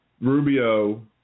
Rubio